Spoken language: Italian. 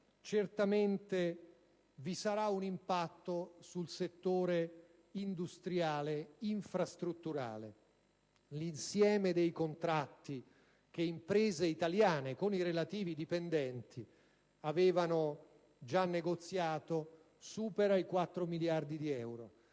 Certamente vi sarà un impatto sul settore industriale infrastrutturale. L'insieme dei contratti che imprese italiane, con i relativi dipendenti, avevano già negoziato supera i 4 miliardi di euro.